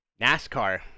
NASCAR